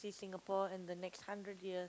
see Singapore in the next hundred years